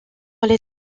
les